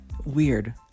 weird